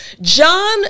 John